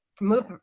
move